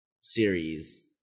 series